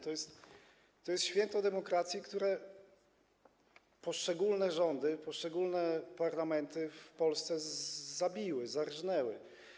To jest święto demokracji, które poszczególne rządy, poszczególne parlamenty w Polsce zabiły, zarżnęły.